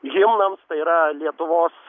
himnams tai yra lietuvos